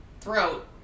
throat